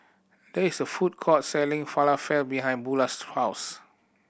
there is a food court selling Falafel behind Bulah's house